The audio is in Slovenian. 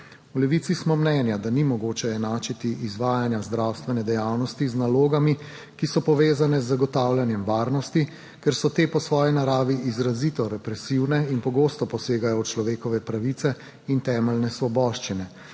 V Levici smo mnenja, da ni mogoče enačiti izvajanja zdravstvene dejavnosti z nalogami, ki so povezane z zagotavljanjem varnosti, ker so te po svoji naravi izrazito represivne in pogosto posegajo v človekove pravice in temeljne svoboščine,